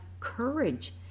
Courage